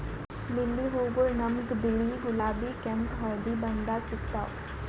lily ಹೂವಗೊಳ್ ನಮ್ಗ್ ಬಿಳಿ, ಗುಲಾಬಿ, ಕೆಂಪ್, ಹಳದಿ ಬಣ್ಣದಾಗ್ ಸಿಗ್ತಾವ್